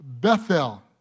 Bethel